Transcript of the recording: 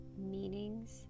meanings